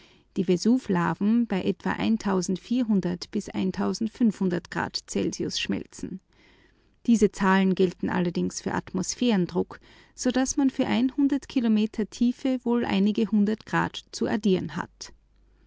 vesuvlaven bei etwa grad celsius schmelzen diese zahlen gelten allerdings für atmosphärendruck so daß man für kilometer tiefe wohl einige hundert grad zu addieren hat